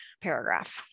paragraph